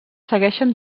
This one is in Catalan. segueixen